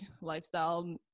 lifestyle